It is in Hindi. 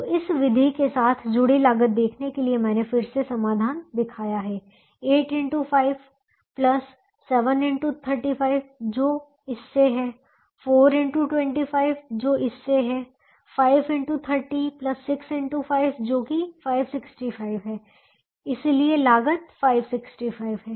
तो इस विधि के साथ जुड़ी लागत देखने के लिए मैंने फिर से समाधान दिखाया है 8x5 7x35 जो इससे है 4x25 जो इससे है 5x30 6x5 जो कि 565 है इसलिए लागत 565 है